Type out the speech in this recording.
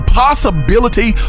possibility